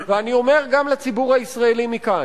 ואני אומר גם לציבור הישראלי מכאן,